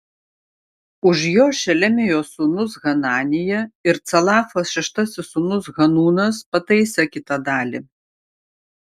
už jo šelemijos sūnus hananija ir calafo šeštasis sūnus hanūnas pataisė kitą dalį